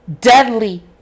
Deadly